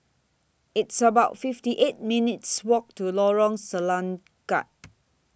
It's about fifty eight minutes' Walk to Lorong Selangat